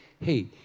hey